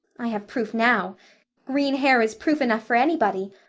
i have proof now green hair is proof enough for anybody.